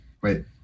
Wait